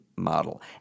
model